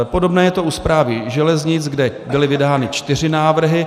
Podobné je to u Správy železnic, kde byly vydány čtyři návrhy.